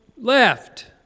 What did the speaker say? left